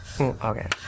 Okay